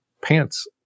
pants